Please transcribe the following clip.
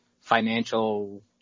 financial